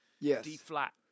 D-flat